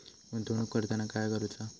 गुंतवणूक करताना काय करुचा?